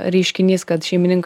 reiškinys kad šeimininkas